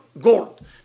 gold